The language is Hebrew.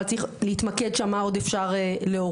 אבל צריך להתמקד שם מה עוד אפשר להוריד.